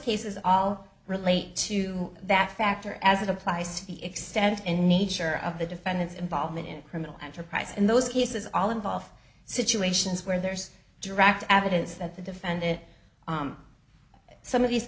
cases all relate to that factor as it applies to the extent and nature of the defendant's involvement in criminal enterprise and those cases all involve situations where there's direct evidence that the defend it some of these